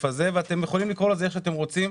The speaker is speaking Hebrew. הזה ואתם יכולים לקרוא לזה איך שאתם רוצים.